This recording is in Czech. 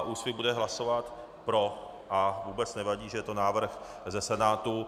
Úsvit bude hlasovat pro a vůbec nevadí, že je to návrh ze Senátu.